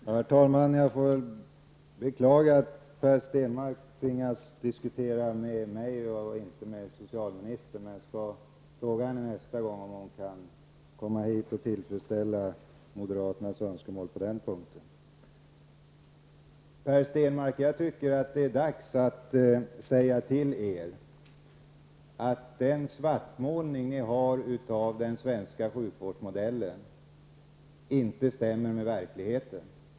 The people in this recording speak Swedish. Herr talman! Jag beklagar att Per Stenmarck tvingas diskutera med mig och inte med socialministern. Nästa gång det här ärendeområdet skall diskuteras i kammaren, skall jag be socialministern komma hit och tillgodose hans önskemål på den punkten. Det är dags att tala om för er moderater, Per Stenmarck, att er svartmålning av den svenska sjukvårdsmodellen inte stämmer med verkligheten.